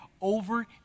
over